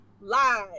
live